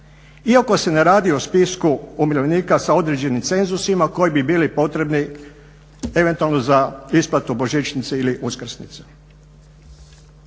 iako se ne radi o spisku umirovljenika sa određenim cenzusima koji bi bili potrebni eventualno za isplatu božićnice ili uskrsnice.